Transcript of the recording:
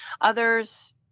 others